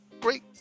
great